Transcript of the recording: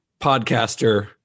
podcaster